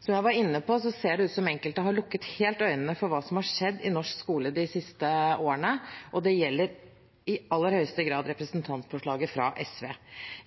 som jeg var inne på, ser det ut som om enkelte helt har lukket øynene for hva som har skjedd i norsk skole de siste årene, og det gjelder i aller høyeste grad representantforslaget fra SV.